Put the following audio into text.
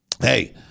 Hey